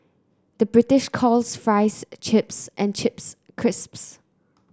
the British calls fries chips and chips crisps